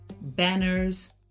banners